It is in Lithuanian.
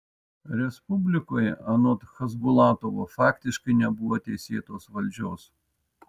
respublikoje anot chasbulatovo faktiškai nebuvo teisėtos valdžios